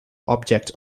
object